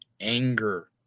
anger